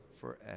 forever